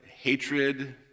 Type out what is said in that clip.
hatred